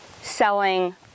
selling